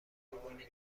قربانی